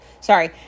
Sorry